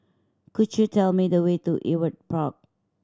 could you tell me the way to Ewart Park